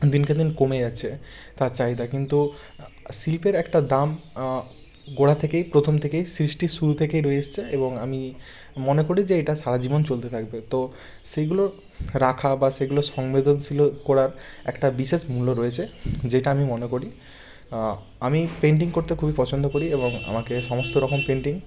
দিনকে দিন কমে যাচ্ছে তার চাহিদা কিন্তু আ শিল্পের একটা দাম গোঁড়া থেকেই প্রথম থেকেই সৃষ্টির শুরু থেকে রয়ে এসসে এবং আমি মনে করি যে এটা সারাজীবন চলতে থাকবে তো সেইগুলো রাখা বা সেইগুলো সংবেদনশীল করার একটা বিশেষ মূল্য রয়েছে যেটা আমি মনে করি আমি পেন্টিং করতে খুবই পছন্দ করি এবং আমাকে সমস্ত রকম পেন্টিং